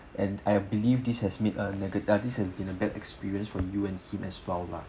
and I believe this has made a nega~ ah this has been a bad experience for you and him as well lah